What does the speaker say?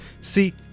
See